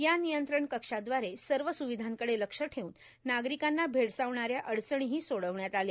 या नियंत्रण कक्षादवारे सर्व सुविधांकडे लक्ष ठेवून नागरिकांना भेडसावणा या अडचणीही सोडविण्यात आल्या